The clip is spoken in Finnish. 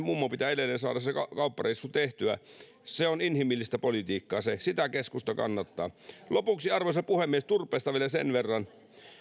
mummon pitää edelleen saada se kauppareissu tehtyä se on inhimillistä politiikkaa se sitä keskusta kannattaa lopuksi arvoisa puhemies turpeesta vielä sen verran